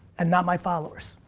and not my followers.